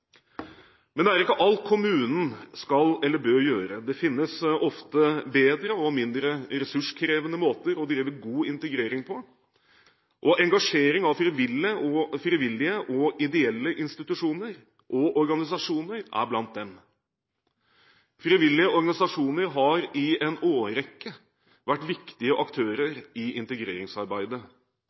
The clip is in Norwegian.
Men det er ikke alt kommunen skal eller bør gjøre. Det finnes ofte bedre og mindre ressurskrevende måter å drive god integrering på. Å engasjere frivillige og ideelle institusjoner og organisasjoner er blant dem. Frivillige organisasjoner har i en årrekke vært viktige aktører i integreringsarbeidet.